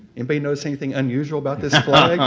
anybody notice anything unusual about this flag